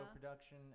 production